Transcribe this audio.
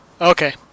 Okay